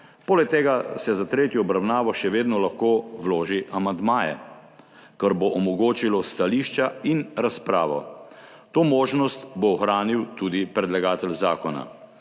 Poleg tega se za tretjo obravnavo še vedno lahko vloži amandmaje, kar bo omogočilo stališča in razpravo. To možnost bo ohranil tudi predlagatelj zakona.